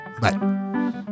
Bye